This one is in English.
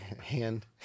hand